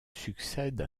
succède